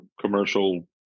commercial